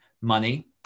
Money